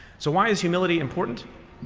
so why is humility important?